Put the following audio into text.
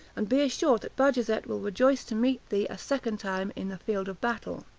and be assured that bajazet will rejoice to meet thee a second time in a field of battle.